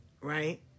right